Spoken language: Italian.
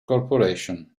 corporation